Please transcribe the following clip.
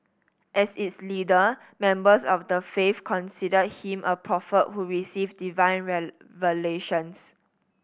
as its leader members of the faith considered him a prophet who received divine revelations